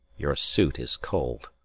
your suit is cold